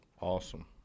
Awesome